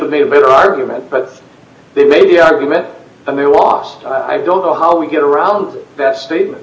have a better argument but they made the argument and they lost i don't know how we get around that statement